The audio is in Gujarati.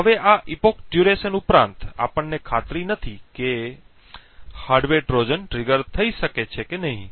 હવે આ યુગ અવધિ ઉપરાંત આપણને ખાતરી નથી કે હાર્ડવેર ટ્રોજન ટ્રિગર થઈ શકે છે કે નહીં